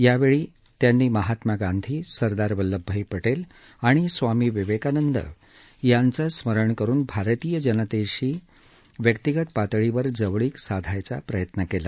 यावेळी त्यांनी महात्मा गांधी सरदार वल्लभभाई पटेल आणि स्वामी विवेकानंद यांचं स्मरण करुन भारतीय जनतेशी व्यक्तीगत पातळीवर जवळीक साधण्याचा प्रयत्न केला